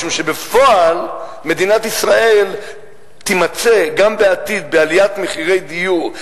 משום שבפועל מדינת ישראל תימצא גם בעתיד בעליית מחירי דיור,